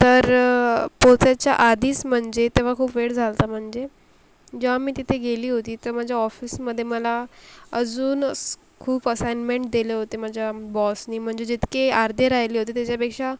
तर पोचायच्या आधीस म्हणजे तेव्हा खूप वेळ झाला होता म्हणजे जेव्हा मी तिथे गेली होती तर माझ्या ऑफिसमध्ये मला अजूनस् खूप असाईनमेंट दिले होते माझ्या बॉसनी म्हणजे जितके अर्धे राहिले होते त्याच्यापेक्षा